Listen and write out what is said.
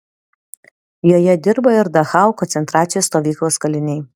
joje dirbo ir dachau koncentracijos stovyklos kaliniai